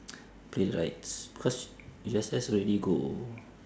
play rides because U_S_S already go